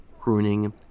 pruning